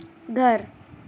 ઘર